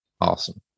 Awesome